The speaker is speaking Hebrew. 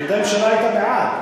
עמדת הממשלה היתה בעד.